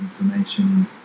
information